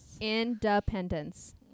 Independence